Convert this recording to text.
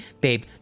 babe